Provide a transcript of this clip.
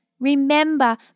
Remember